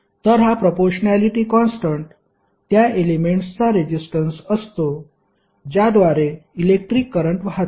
तर हा proportionality constant त्या एलेमेंट्सचा रेसिस्टन्स असतो ज्याद्वारे इलेक्ट्रिक करंट वाहतो